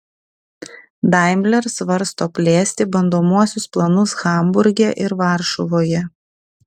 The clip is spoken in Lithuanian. daimler svarsto plėsti bandomuosius planus hamburge ir varšuvoje